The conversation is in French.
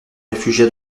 réfugia